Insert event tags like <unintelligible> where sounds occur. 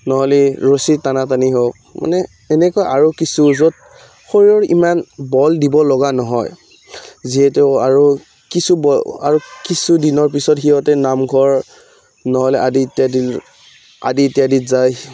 নহ'লে ৰছী টনা টানি হওক মানে এনেকৈ আৰু কিছু য'ত শৰীৰৰ ইমান বল দিব লগা নহয় যিহেতু আৰু কিছু <unintelligible> আৰু কিছু দিনৰ পিছত সিহঁতে নামঘৰ নহ'লে আদি ইত্যাদি আদি ইত্যদিত যায়